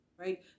right